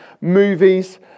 movies